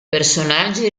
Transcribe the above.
personaggi